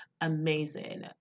amazing